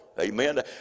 amen